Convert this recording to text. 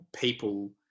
people